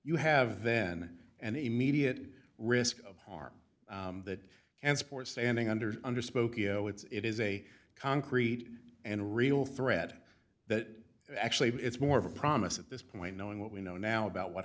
you have then an immediate risk of harm that can support standing under under spokeo it's it is a concrete and real threat that actually it's more of a promise at this point knowing what we know now about what